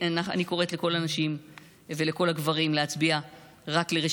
אני קוראת לכל הנשים ולכל הגברים להצביע בבחירות